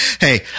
hey